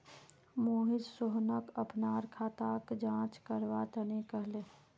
मोहित सोहनक अपनार खाताक जांच करवा तने कहले